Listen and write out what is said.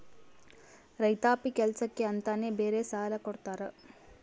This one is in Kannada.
ರೈತಾಪಿ ಕೆಲ್ಸಕ್ಕೆ ಅಂತಾನೆ ಬೇರೆ ಸಾಲ ಕೊಡ್ತಾರ